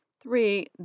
Three